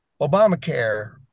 Obamacare